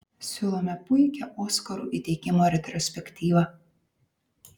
siūlome puikią oskarų įteikimo retrospektyvą